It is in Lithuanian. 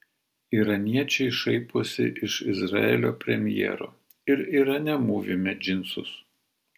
iraniečiai šaiposi iš izraelio premjero ir irane mūvime džinsus